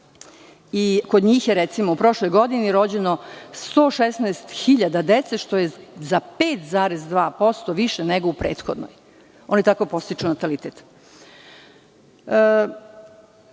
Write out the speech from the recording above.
Kod njih je, recimo, u prošloj godini rođeno 116.000 dece, što je za 5,2% više nego u prethodnoj. Oni tako podstiču natalitet.Za